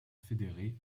fédérés